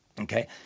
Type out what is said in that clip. Okay